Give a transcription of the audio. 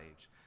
age